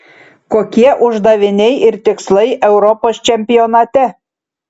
kokie uždaviniai ir tikslai europos čempionate